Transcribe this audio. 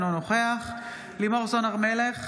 אינו נוכח לימור סון הר מלך,